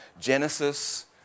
Genesis